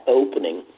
opening